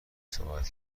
صحبت